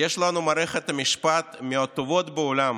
ויש לנו מערכת משפט מהטובות בעולם